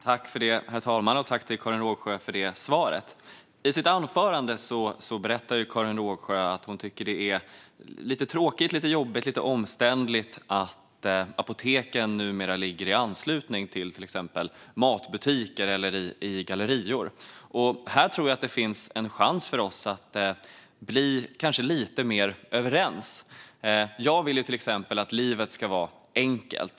Herr talman! Tack, Karin Rågsjö, för svaret! I sitt anförande berättade ju Karin Rågsjö att hon tycker att det är lite tråkigt, jobbigt och omständligt att apoteken numera ligger i anslutning till exempelvis matbutiker eller i gallerior. Här tror jag att det finns en chans för oss att bli lite mer överens. Jag vill till exempel att livet ska vara enkelt.